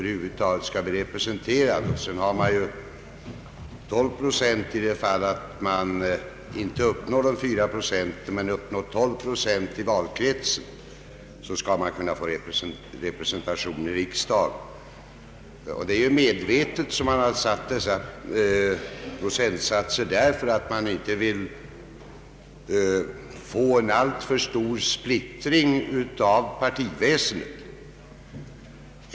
Enligt systemet kan mandat tilldelas endast parti som fått antingen minst 4 procent av rösterna i hela landet eller 12 procent av rösterna i en valkrets. Man har medvetet fastställt dessa procentsatser, då man inte vill få en ailtför stor splittring av partiväsendet.